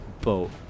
boat